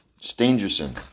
Stangerson